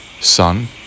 Sun